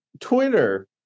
Twitter